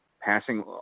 passing